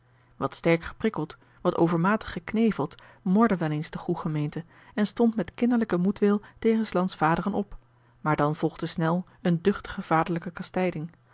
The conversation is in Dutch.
at sterk geprikkeld wat overmatig gekneveld morde wel eens de goê gemeente en stond met kinderlijken moedwil tegen s lands vaderen op maar dan volgde snel eene duchtige vaderlijke kastijding